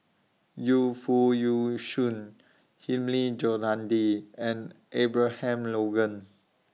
Yu Foo Yee Shoon Hilmi Johandi and Abraham Logan